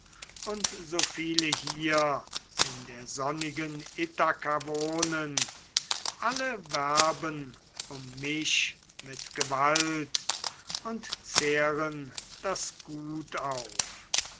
und so viele hier in der sonnigen ithaka wohnen alle werben um mich mit gewalt und zehren das gut auf